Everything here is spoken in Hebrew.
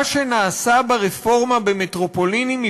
מה שנעשה ברפורמה במטרופולינים,